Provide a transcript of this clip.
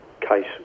case